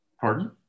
Pardon